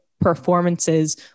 performances